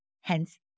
hence